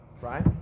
right